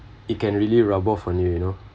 it can really rub out from you you know